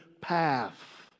path